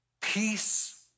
Peace